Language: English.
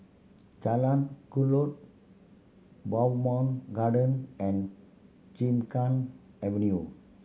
Jalan Kelulut Bowmont Garden and Gymkhana Avenue